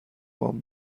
وام